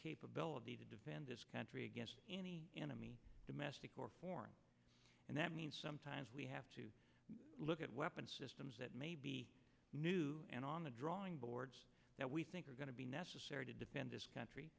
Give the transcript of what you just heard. capability to defend this country against any enemy domestic or foreign and that means sometimes we have to look at weapon systems that may be new and on the drawing boards that we think are going to be necessary to defend this country